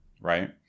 right